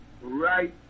right